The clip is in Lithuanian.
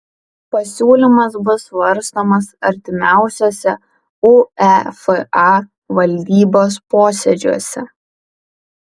pasiūlymas bus svarstomas artimiausiuose uefa valdybos posėdžiuose